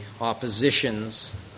oppositions